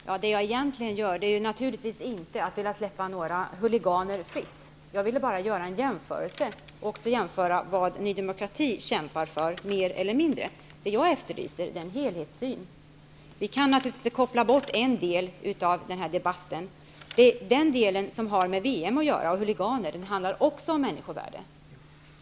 Herr talman! Jag vill naturligtvis inte släppa några huliganer fritt. Jag ville bara göra en jämförelse och visa vad Ny demokrati kämpar för, mer eller mindre. Det jag efterlyser är en helhetssyn. Vi kan naturligtvis inte koppla bort en del av den här debatten. Den del som har med EM och huliganerna att göra handlar också om människovärde.